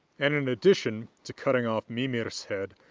and in addition to cutting off mimir's head,